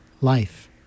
life